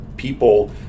People